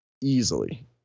easily